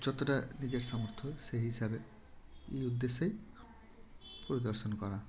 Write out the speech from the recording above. যতটা নিজের সামর্থ্য সেই হিসাবে এই উদ্দেশ্যে পরিদর্শন করা